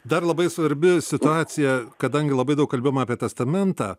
dar labai svarbi situacija kadangi labai daug kalbėjom apie testamentą